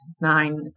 Nine